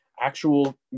actual